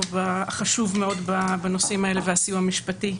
חשוב מאוד בנושאים האלה והסיוע המשפטי,